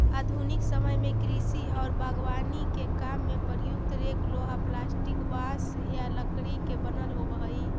आधुनिक समय में कृषि औउर बागवानी के काम में प्रयुक्त रेक लोहा, प्लास्टिक, बाँस या लकड़ी के बनल होबऽ हई